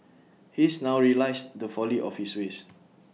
he's now realised the folly of his ways